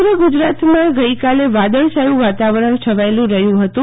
સમગ્ર ગુજરાતમાં ગઈકાલે વાદળછાયુ વાતાવરણ છવાયેલુ રહ્યુ હતું